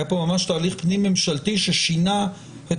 היה פה ממש תהליך פנים-ממשלתי ששינה את